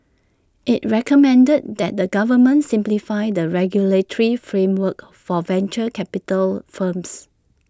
IT recommended that the government simplify the regulatory framework for venture capital firms